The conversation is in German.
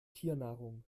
tiernahrung